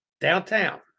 downtown